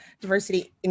diversity